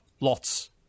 lots